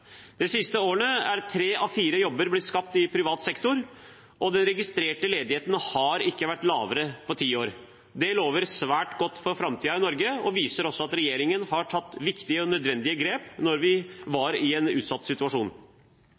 siste året er tre av fire jobber blitt skapt i privat sektor, og den registrerte ledigheten har ikke vært lavere på ti år. Det lover svært godt for framtiden i Norge og viser at regjeringen tok viktige og nødvendige grep da vi var i en utsatt situasjon.